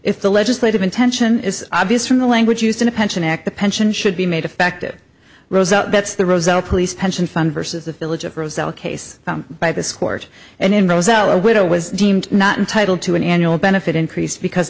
if the legislative intention is obvious from the language used in a pension act the pension should be made effective that's the result police pension fund versus the village of rosedale case by this court and in those hour a widow was deemed not entitled to an annual benefit increase because